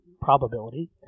probability